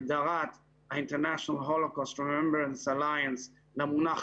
הגדרת ה- International Holocaust Remembrance Alliance למונח